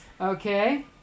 Okay